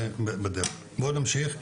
בוא נמשיך.